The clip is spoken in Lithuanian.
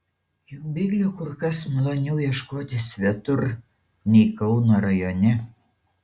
juk bėglio kur kas maloniau ieškoti svetur nei kauno rajone